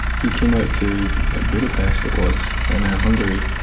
he came out to budapest, it was, in ah hungary,